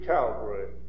Calvary